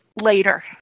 later